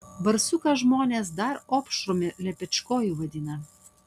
barsuką žmonės dar opšrumi lepečkoju vadina